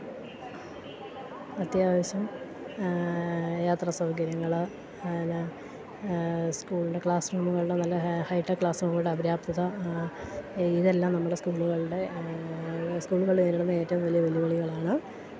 അത്യാവശ്യം യാത്രാ സൗകര്യങ്ങള് എന്നാ സ്കൂളിൽ ക്ലാസ് റൂമുകൾ നല്ല ഹൈട്ടെക് ക്ലാസ്റൂമുകളുടെ അപര്യാപ്തത ഇതെല്ലാം നമ്മുടെ സ്കൂളുകളുടെ സ്കൂളുകൾ നേരിടുന്ന ഏറ്റവും വലിയ വെല്ലുവിളികളാണ്